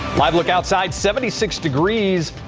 live look outside seventy six degrees.